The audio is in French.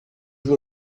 vous